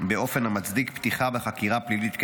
באופן המצדיק פתיחה בחקירה פלילית נגדם.